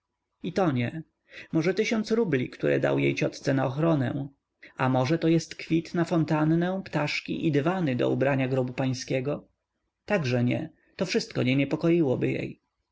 nie może tysiąc rubli które dał jej ciotce na ochronę a może to jest kwit na fontannę ptaszki i dywany do ubrania grobu pańskiego także nie to wszystko nie niepokoiłoby jej